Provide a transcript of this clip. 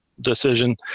Decision